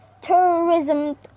tourism